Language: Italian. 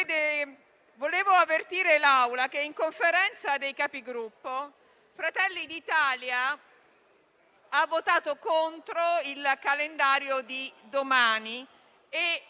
volevo avvertire l'Assemblea che in Conferenza dei Capigruppo Fratelli d'Italia ha votato contro il calendario di domani.